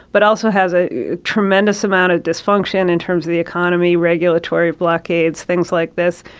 but also has a tremendous amount of dysfunction in terms of the economy, regulatory blockades, things like this.